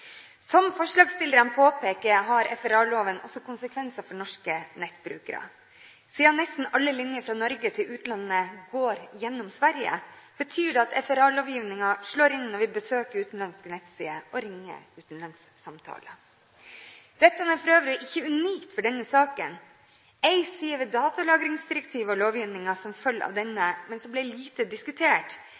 Som forslagsstillerne påpeker, har FRA-loven også konsekvenser for norske nettbrukere. Siden nesten alle linjer fra Norge til utlandet går gjennom Sverige, betyr det at FRA-lovgivningen slår inn når vi besøker utenlandske nettsider og ringer utenlandssamtaler. Dette er for øvrig ikke unikt for denne saken. En side ved datalagringsdirektivet og lovgivningen som følger av denne – men som ble lite diskutert